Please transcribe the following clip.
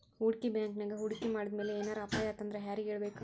ಹೂಡ್ಕಿ ಬ್ಯಾಂಕಿನ್ಯಾಗ್ ಹೂಡ್ಕಿ ಮಾಡಿದ್ಮ್ಯಾಲೆ ಏನರ ಅಪಾಯಾತಂದ್ರ ಯಾರಿಗ್ ಹೇಳ್ಬೇಕ್?